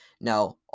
Now